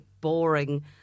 boring